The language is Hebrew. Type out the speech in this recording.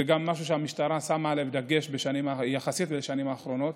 זה משהו שהמשטרה שמה עליו דגש יחסית בשנים האחרונות.